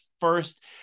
first